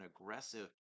aggressive